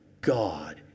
God